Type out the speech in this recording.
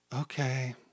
Okay